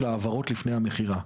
של העברות לפני המכירה.